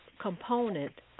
component